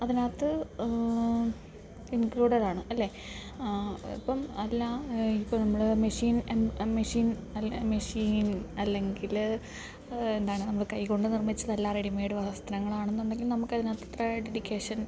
അതിനകത്ത് ഇൻക്ലൂഡഡ് ആണ് അല്ലേ ഇപ്പം അല്ല ഇപ്പം നമ്മൾ മെഷീൻ മെഷീൻ മെഷീൻ അല്ല എങ്കിൽ എന്താണ് നമ്മൾ കൈ കൊണ്ട് നിർമ്മിച്ചത് അല്ല റെഡിമേയ്ഡ് വസ്ത്രങ്ങൾ ആണെന്നുണ്ടെങ്കിൽ നമുക്ക് അതിന് അത്ര ഡെഡിക്കേഷൻ